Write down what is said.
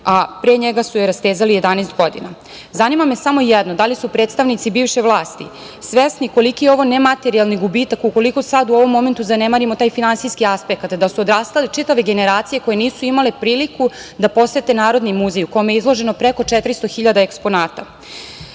a pre njega su rastezali 11 godina. Zanima me samo jedno, da li su predstavnici bivše vlasti svesni koliki je ovo nematerijalni gubitak ukoliko sada u ovom momentu zanemarimo taj finansijski aspekt, da su odrastale čitave generacije koje nisu priliku da posete Narodni muzej u kome je izloženo preko 400.000 eksponata. Takođe